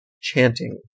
chanting